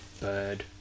bird